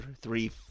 three